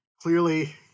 clearly